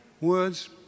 words